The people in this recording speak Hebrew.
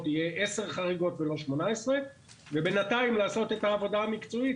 יהיה 10 חריגות ולא 18. ובנתיים לעשות את העבודה המקצועית